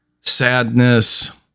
sadness